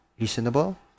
reasonable